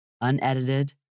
unedited